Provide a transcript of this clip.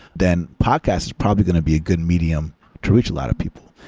then podcast is probably going to be a good medium to reach a lot of people.